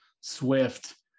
swift